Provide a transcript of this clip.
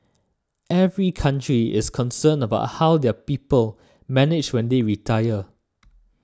every country is concerned about how their people manage when they retire